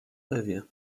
ewie